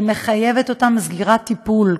שמחייבת אותם בסגירת טיפול.